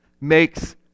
makes